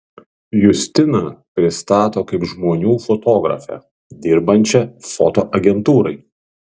justiną pristato kaip žmonių fotografę dirbančią fotoagentūrai